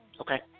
Okay